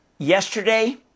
Yesterday